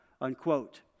unquote